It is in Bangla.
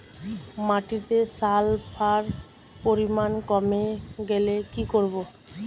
মাটিতে সালফার পরিমাণ কমে গেলে কি করব?